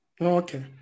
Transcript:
okay